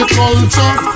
culture